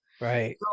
Right